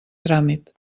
tràmit